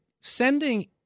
sending